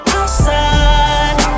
outside